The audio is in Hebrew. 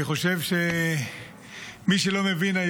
אני חושב, מי שלא מבין,